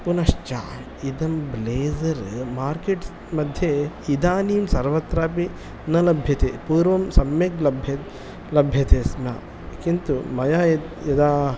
पुनश्च इदं blazer markets मध्ये इदानीं सर्वत्रापि न लभ्यते पूर्वं सम्यक् लभ्यते लभ्यते स्म किन्तु मया यत् यदा